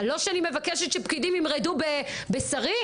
לא שאני מבקשת שפקידים ימרדו בשרים,